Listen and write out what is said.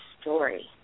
story